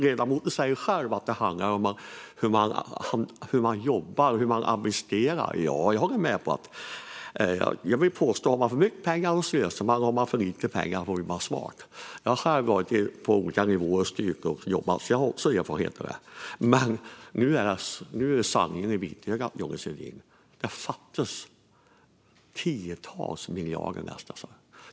Ledamoten säger själv att det handlar om hur man jobbar och hur man administrerar. Ja, jag håller med. Jag vill påstå att om man har för mycket pengar slösar man och om man har för lite pengar blir man smart. Jag har själv styrt och jobbat på olika nivåer, så jag har också erfarenhet av detta. Men se nu sanningen i vitögat, Johnny Svedin! Det fattas tiotals miljarder.